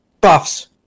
buffs